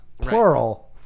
Plural